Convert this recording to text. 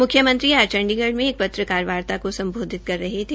म्ख्यमंत्री आज चंडीगढ़ में एक पत्रकार वार्ता को सम्बोधित कर रहे थे